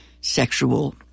sexual